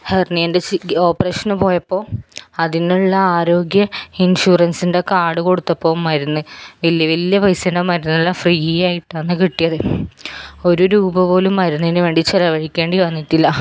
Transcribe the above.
ഹെർണ്യൻ്റെ ചി ഓപ്പറേഷന് പോയപ്പോൾ അതിനുള്ള ആരോഗ്യ ഇൻഷൂറൻസിൻ്റെ കാർഡ് കൊടുത്തപ്പം മരുന്ന് വലിയ വലിയ പൈസേൻ്റെ മരുന്നെല്ലാം ഫ്രീ ആയിട്ടാണ് കിട്ടിയത് ഒര് രൂപ പോലും മരുന്നിന് വേണ്ടി ചിലവഴിക്കേണ്ടി വന്നിട്ടില്ല